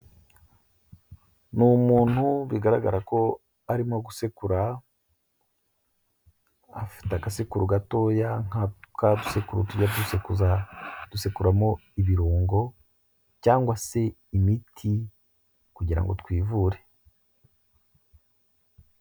Ni umuntu bigaragara ko arimo gusekura, afite agasekuru gatoya nka twa dusekuru tujya dusekuza dusekuramo ibirungo cyangwa se imiti kugira ngo twivure.